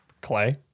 Clay